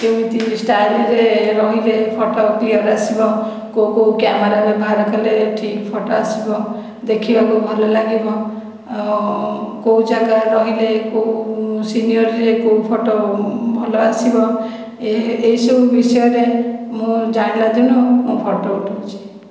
କେମିତି ଷ୍ଟାଇଲରେ ରହିଲେ ଫଟୋ କ୍ଲିୟର ଆସିବ କେଉଁ କେଉଁ କ୍ୟାମେରା ବ୍ୟବହାର କଲେ ଠିକ୍ ଫଟୋ ଆସିବ ଦେଖିବାକୁ ଭଲ ଲାଗିବ କେଉଁ ଜାଗା ରହିଲେ କେଉଁ ସିନେରୀରେ କେଉଁ ଫଟୋ ଭଲ ଆସିବ ଏହି ସବୁ ବିଷୟରେ ମୁଁ ଜାଣିଲା ଦିନୁ ମୁଁ ଫଟୋ ଉଠାଉଛି